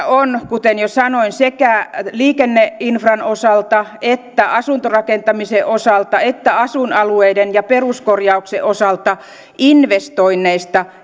on kuten jo sanoin liikenneinfran osalta asuntorakentamisen osalta ja asuinalueiden ja peruskorjauksen osalta investoinneista